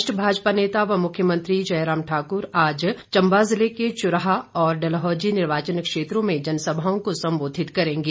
वरिष्ठ भाजपा नेता व मुख्यमंत्री जय राम ठाक्र आज चंबा जिले के चुराह और डलहौजी निर्वाचन क्षेत्रों में जनसभाओं को संबोधित करेंगे